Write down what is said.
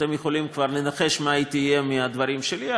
ואתם יכולים כבר לנחש מה היא תהיה מהדברים שלי.